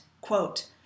Quote